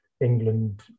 england